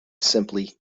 simply